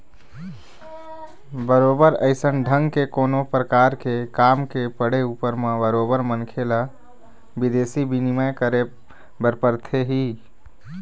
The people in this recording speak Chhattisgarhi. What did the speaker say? बरोबर अइसन ढंग के कोनो परकार के काम के पड़े ऊपर म बरोबर मनखे ल बिदेशी बिनिमय करे बर परथे ही